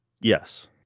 Yes